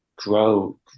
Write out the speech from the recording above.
grow